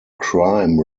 crime